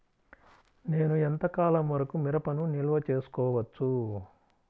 నేను ఎంత కాలం వరకు మిరపను నిల్వ చేసుకోవచ్చు?